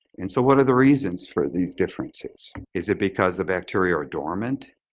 and so what are the reasons for these differences? is it because the bacteria are dormant?